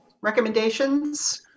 recommendations